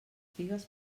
figues